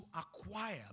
acquire